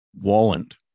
Walland